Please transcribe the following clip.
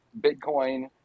bitcoin